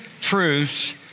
truths